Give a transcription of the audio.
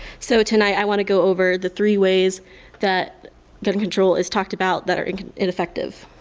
so, tonight i want to go over the three ways that gun control is talked about that are ineffective.